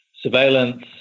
surveillance